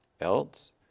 Else